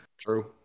True